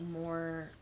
more